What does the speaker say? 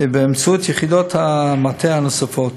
ובאמצעות יחידות המטה הנוספות.